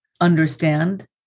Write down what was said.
understand